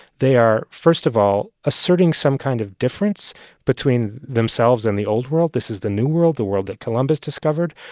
they are, first of all, asserting some kind of difference between themselves and the old world. this is the new world, the world that columbus discovered.